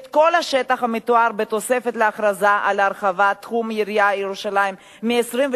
את כל השטח המתואר בתוספת לאכרזה על הרחבת תחום עיריית ירושלים מיום,